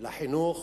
לחינוך